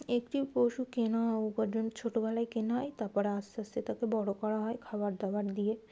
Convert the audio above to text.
একটি পশু কেনা উপ্জন ছোটোবেলায় কেনা হয় তারপরে আস্তে আস্তে তাকে বড়ো করা হয় খাবার দাবার দিয়ে